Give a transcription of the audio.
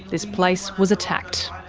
this place was attacked.